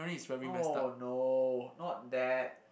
oh no not that